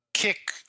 kick